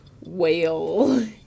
whale